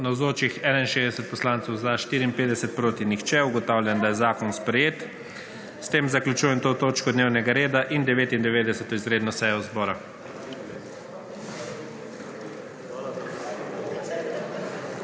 nihče (Za je glasovalo 54.) (Proti nihče.) Ugotavljam, da je zakon sprejet. S tem zaključujem to točko dnevnega reda in 99. izredno sejo zbora.